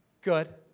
good